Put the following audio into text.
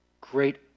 great